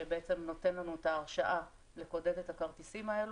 שבעצם נותן לנו את ההרשאה לקודד את הכרטיסים האלה.